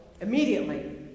immediately